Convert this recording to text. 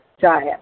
diet